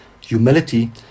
humility